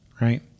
right